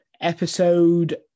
episode